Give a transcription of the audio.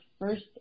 first